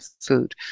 food